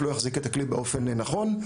לא יחזיק את הכלי באופן נכון,